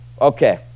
okay